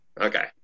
Okay